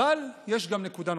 אבל יש גם נקודה נוספת,